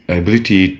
ability